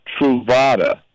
Truvada